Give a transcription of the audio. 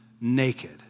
naked